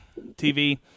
TV